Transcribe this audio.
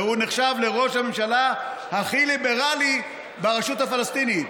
והוא נחשב לראש הממשלה הכי ליברלי ברשות הפלסטינית.